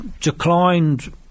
declined